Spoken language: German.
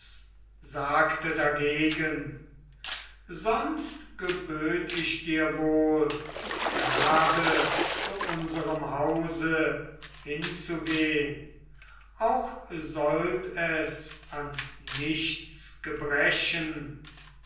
sagte dagegen sonst geböt ich dir wohl gerade zu unserem hause hinzugehn auch sollt es an nichts gebrechen